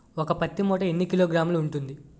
ఒక పత్తి మూట ఎన్ని కిలోగ్రాములు ఉంటుంది?